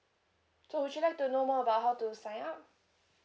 so would you like to know more about how to sign up